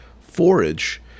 forage